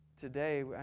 today